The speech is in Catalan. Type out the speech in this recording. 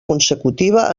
consecutiva